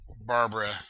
Barbara